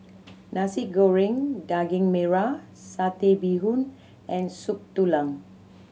Nasi Goreng Daging Merah Satay Bee Hoon and Soup Tulang